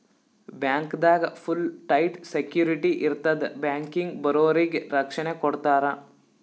ಬ್ಯಾಂಕ್ದಾಗ್ full tight security ಇರ್ತದ್ ಬ್ಯಾಂಕಿಗ್ ಬರೋರಿಗ್ ರಕ್ಷಣೆ ಕೊಡ್ತಾರ